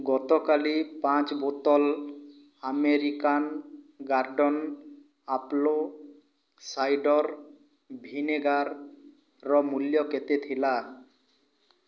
ଗତକାଲି ପାଞ୍ଚ ବୋତଲ ଆମେରିକାନ୍ ଗାର୍ଡ଼ନ ଆପଲୋ ସାଇଡ଼ର୍ ଭିନେଗାର୍ର ମୂଲ୍ୟ କେତେ ଥିଲା